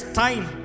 time